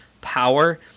power